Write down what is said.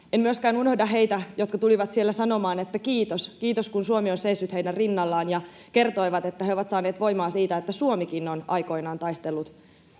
En myöskään unohda heitä, jotka tulivat siellä sanomaan, että kiitos, kun Suomi on seissyt heidän rinnallaan, ja kertoivat, että he ovat saaneet voimaa siitä, että Suomikin on aikoinaan taistellut